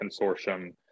consortium